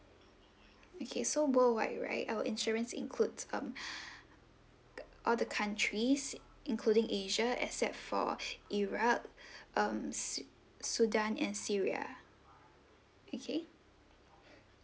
okay so worldwide right our insurance includes um uh all the countries including asia except for iraq um su~ sudan and syria okay